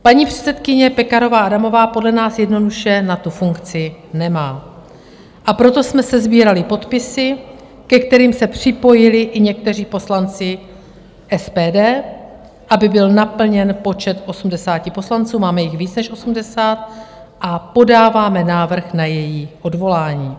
Paní předsedkyně Pekarová Adamová podle nás jednoduše na tu funkci nemá, a proto jsme sesbírali podpisy, ke kterým se připojili i někteří poslanci SPD, aby byl naplněn počet 80 poslanců, máme jich víc než 80, a podáváme návrh na její odvolání.